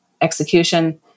execution